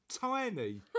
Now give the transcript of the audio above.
Tiny